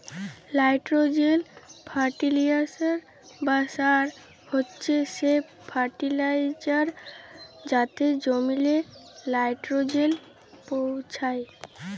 nitrogen fertiliser বা সার হছে সে ফার্টিলাইজার যাতে জমিল্লে লাইট্রোজেল পৌঁছায়